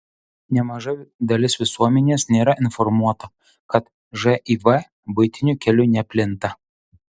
nemaža dalis visuomenės nėra informuota kad živ buitiniu keliu neplinta